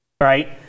right